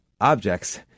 objects